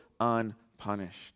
unpunished